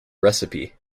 recipe